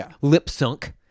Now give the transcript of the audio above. lip-sunk